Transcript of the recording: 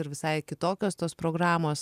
ir visai kitokios tos programos